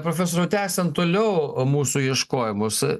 profesoriau tęsiant toliau o mūsų ieškojimus